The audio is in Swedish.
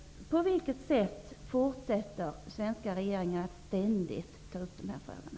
På vilket sätt fortsätter den svenska regeringen att ständigt ta upp de här frågorna?